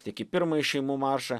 tiek į pirmąjį šeimų maršą